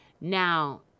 Now